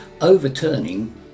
overturning